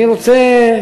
אני רוצה,